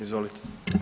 Izvolite.